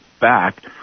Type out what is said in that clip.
back